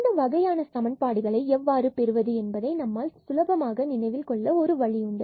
இந்த வகையான சமன்பாடுகளை எவ்வாறு பெறுவது என்பதை நம்மால் சுலபமாக நினைவில் கொள்ள ஒரு வழி உண்டு